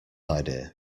idea